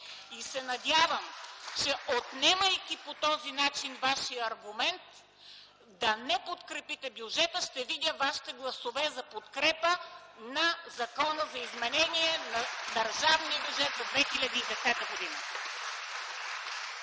и се надявам, че, отнемайки по този начин вашия аргумент да не подкрепите бюджета, ще видя вашите гласове за подкрепа на Закона за изменение на държавния бюджет за 2010 г.